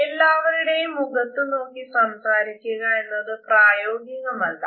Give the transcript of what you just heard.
എല്ലാവരുടെയും മുഖത്ത് നോക്കി സംസാരിക്കുക എന്നത് പ്രായോഗികം അല്ല